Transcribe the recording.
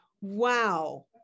Wow